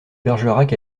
bergerac